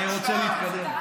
אני רוצה להתקדם.